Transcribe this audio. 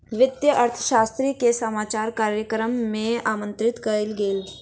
वित्तीय अर्थशास्त्री के समाचार कार्यक्रम में आमंत्रित कयल गेल